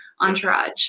entourage